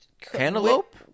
Cantaloupe